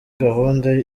gahunda